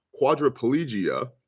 quadriplegia